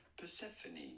Persephone